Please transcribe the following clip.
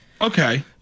Okay